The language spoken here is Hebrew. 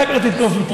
אחר כך תתקוף אותי.